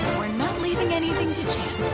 we're not leaving anything to chance